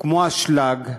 כמו האשלג,